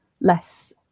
less